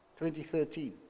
2013